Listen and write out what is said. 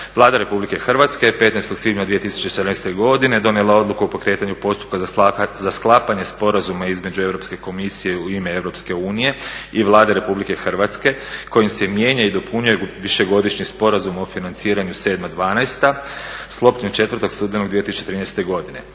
Vlada Republike Hrvatske je 15. svibnja 2014. godine donijela odluku o pokretanju postupka za sklapanje Sporazuma između Europske komisije u ime Europske unije i Vlade Republike Hrvatske kojim se mijenja i dopunjuje višegodišnji Sporazum o financiranju '07.-'12. sklopljen 4. studenog 2013. godine.